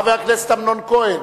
חבר הכנסת אמנון כהן,